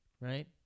right